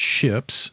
ships